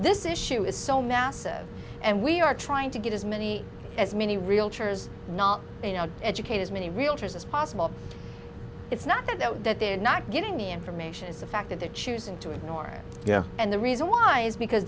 this issue is so massive and we are trying to get as many as many realtors not you know educate as many realtors as possible it's not that they're not getting the information is the fact that they're choosing to ignore it and the reason why is because